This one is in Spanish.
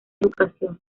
educación